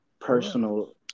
personal